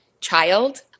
child